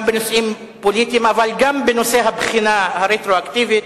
גם בנושאים פוליטיים אבל גם בנושא הבחינה הרטרואקטיבית,